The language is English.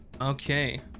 Okay